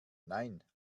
nein